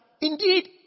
indeed